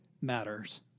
matters